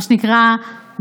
מה שנקרא,